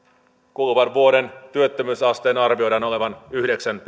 kuluvan vuoden työttömyysasteen arvioidaan olevan yhdeksän